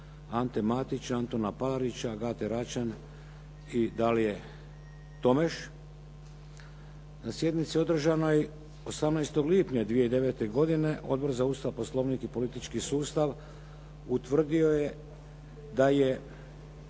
Ante Matić, Antuna Palarića, Agate Račan i Dalije Tomež. Na sjednici održanoj 18. lipnja 2009. godine Odbor za Ustav, Poslovnik i politički sustav utvrdio je da je